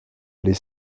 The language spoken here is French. les